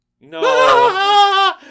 No